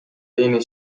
teine